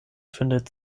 findet